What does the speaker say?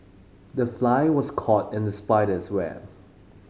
the fly was caught in the spider's web